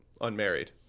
unmarried